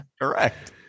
correct